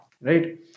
right